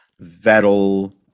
Vettel